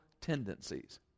tendencies